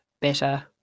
better